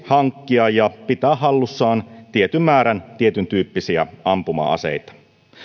hankkia ja pitää hallussaan tietyn määrän tietyntyyppisiä ampuma aseita